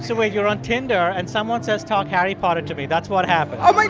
so you're on tinder, and someone says, talk harry potter to me. that's what happened oh, my